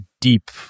deep